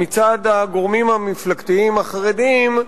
מצד הגורמים המפלגתיים החרדיים,